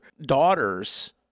daughters